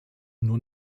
nur